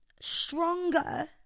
stronger